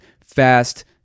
fast